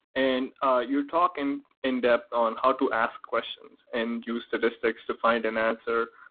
and ah you're talking in depth on how to ask questions and use statistics to find an answer.